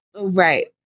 Right